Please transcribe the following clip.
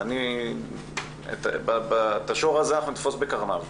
את השור הזה אנחנו נתפוס בקרניו.